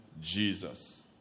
Jesus